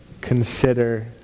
consider